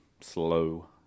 slow